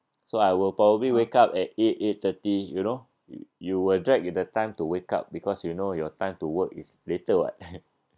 so I will probably wake up at eight eight thirty you know you will drag the time to wake up because you know your time to work is later what